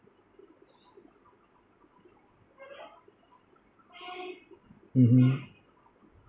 mmhmm